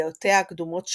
דעותיה הקדומות שלה,